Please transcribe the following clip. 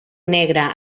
negre